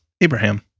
Abraham